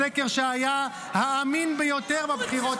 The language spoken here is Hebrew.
בסקר שהיה האמין ביותר בבחירות